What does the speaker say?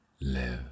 live